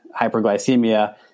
hyperglycemia